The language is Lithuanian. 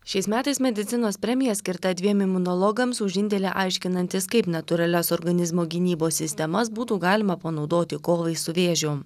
šiais metais medicinos premija skirta dviem imunologams už indėlį aiškinantis kaip natūralias organizmo gynybos sistemas būtų galima panaudoti kovai su vėžiu